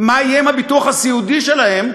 מה יהיה עם הביטוח הסיעודי שלהם,